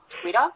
Twitter